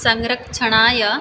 संरक्षणाय